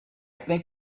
think